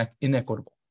inequitable